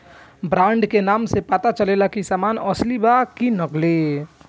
brand के नाम से पता चलेला की सामान असली बा कि नकली